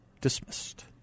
dismissed